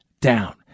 down